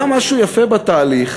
היה משהו יפה בתהליך,